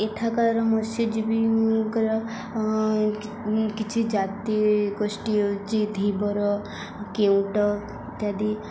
ଏଠାକାର ମସ୍ୟଜୀବୀଙ୍କର କିଛି ଜାତି ଗୋଷ୍ଠୀ ହେଉଛି ଧିବର କେଉଁଟ ଇତ୍ୟାଦି